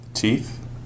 teeth